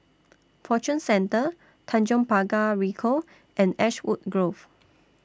Fortune Centre Tanjong Pagar Ricoh and Ashwood Grove